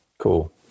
cool